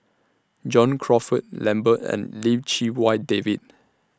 John Crawfurd Lambert and Lim Chee Wai David